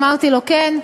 אמרתי לו: כן.